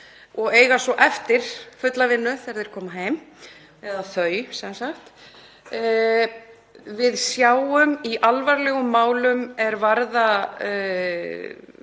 og eiga svo eftir fulla vinnu þegar þeir koma heim. Við sjáum í alvarlegum málum er varða